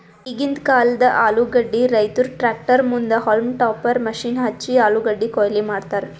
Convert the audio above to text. ಈಗಿಂದ್ ಕಾಲ್ದ ಆಲೂಗಡ್ಡಿ ರೈತುರ್ ಟ್ರ್ಯಾಕ್ಟರ್ ಮುಂದ್ ಹೌಲ್ಮ್ ಟಾಪರ್ ಮಷೀನ್ ಹಚ್ಚಿ ಆಲೂಗಡ್ಡಿ ಕೊಯ್ಲಿ ಮಾಡ್ತರ್